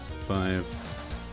five